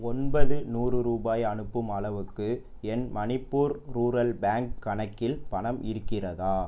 தொள்ளாயிரம் ரூபாய் அனுப்பும் அளவுக்கு என் மணிப்பூர் ரூரல் பேங்க் கணக்கில் பணம் இருக்கிறதா